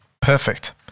Perfect